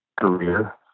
career